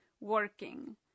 working